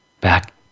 back